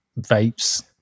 vapes